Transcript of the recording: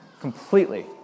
completely